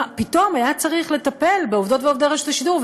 פתאום היה צריך לטפל בעובדות ועובדי רשות השידור,